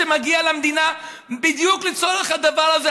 שמגיע למדינה בדיוק לצורך הדבר הזה,